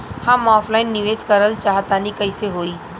हम ऑफलाइन निवेस करलऽ चाह तनि कइसे होई?